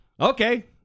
okay